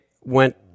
went